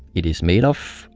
it is made of.